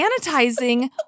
sanitizing